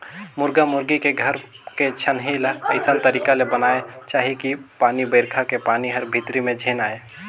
मुरगा मुरगी के घर के छानही ल अइसन तरीका ले बनाना चाही कि पानी बइरखा के पानी हर भीतरी में झेन आये